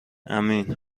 امین